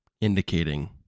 indicating